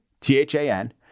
T-H-A-N